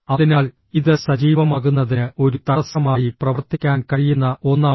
അതിനാൽ ഇത് സജീവമാകുന്നതിന് ഒരു തടസ്സമായി പ്രവർത്തിക്കാൻ കഴിയുന്ന ഒന്നാണ്